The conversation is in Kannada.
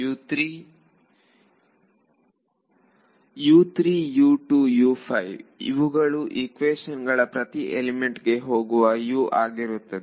ವಿದ್ಯಾರ್ಥಿ ಇವುಗಳು ಈಕ್ವೇಶನ್ U's ಪ್ರತಿ ಎಲಿಮೆಂಟ್ ಆಗಿರುತ್ತದೆ